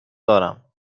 دارم